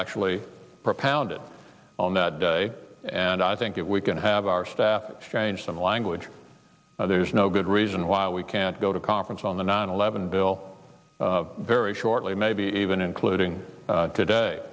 actually propounded on that day and i think if we can have our staff change some language there's no good reason why we can't go to conference on the nine eleven bill very shortly maybe even including today